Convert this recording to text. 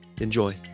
Enjoy